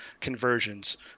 conversions